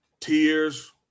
tears